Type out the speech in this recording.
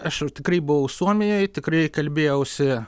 aš jau tikrai buvau suomijoj tikrai kalbėjausi